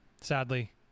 Sadly